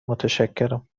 متشکرم